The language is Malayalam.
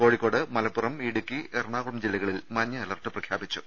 കോഴിക്കോട് മലപ്പുറം ഇടുക്കി എറണാകുളം ജില്ലകളിൽ മഞ്ഞ അലർട്ട് പ്രഖ്യാപിച്ചു